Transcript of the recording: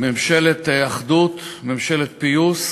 ממשלת אחדות, ממשלת פיוס,